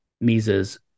Mises